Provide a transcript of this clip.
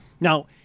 now